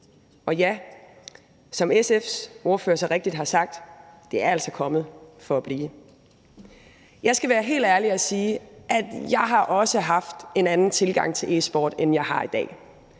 Og ja, som SF's ordfører så rigtigt har sagt: Det er altså kommet for at blive. Jeg skal være helt ærlig og sige, at jeg også har haft en anden tilgang til e-sport, end jeg har i dag.